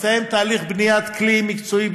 מסתיים תהליך בניית כלי מקצועי,